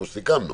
כמו שסיכמנו